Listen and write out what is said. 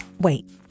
wait